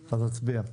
נצביע.